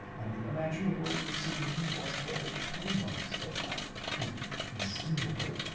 i mean, imagine a world where sequencing costs fall to ten bucks. that's not conceivable.